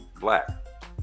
black